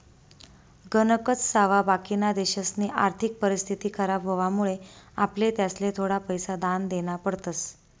गणकच सावा बाकिना देशसनी आर्थिक परिस्थिती खराब व्हवामुळे आपले त्यासले थोडा पैसा दान देना पडतस